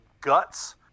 guts